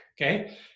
okay